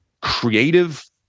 creative